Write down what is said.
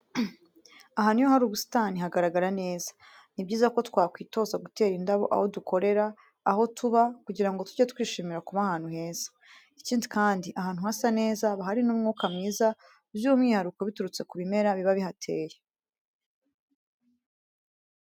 Ahantu iyo hari ubusitani hagaragara neza. Ni byiza ko twakwitoza gutera indabo aho dukorera, aho tuba kugira ngo tujye twishimira kuba ahantu heza. Ikindi kandi, ahantu hasa neza haba hari ni umwuka mwiza by'umwihariko biturutse ku ibimera biba bihateye.